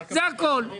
הנה,